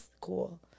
Cool